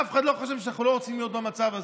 אף אחד לא חושב שאנחנו לא רוצים להיות במצב הזה.